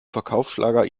verkaufsschlager